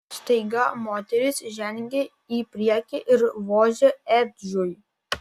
staiga moteris žengė į priekį ir vožė edžiui